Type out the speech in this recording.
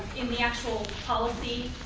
in the actual policy,